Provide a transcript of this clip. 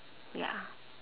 ya